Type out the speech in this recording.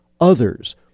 others